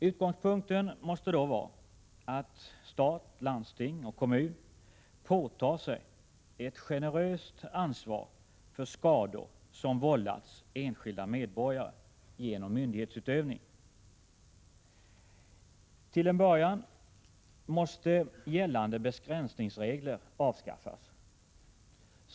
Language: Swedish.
Utgångspunkten måste då vara att stat, landsting och kommun påtar sig ett generöst ansvar för skador som vållats enskilda medborgare genom myndighetsutövning. Till att börja med måste gällande begränsningsregler avskaffas.